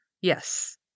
Yes